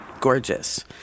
gorgeous